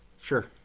Sure